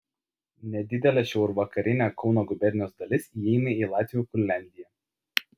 nedidelė šiaurvakarinė kauno gubernijos dalis įeina į latvių kurliandiją